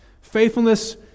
Faithfulness